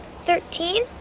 thirteen